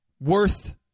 worth